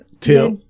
tip